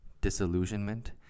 disillusionment